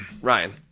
Ryan